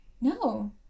no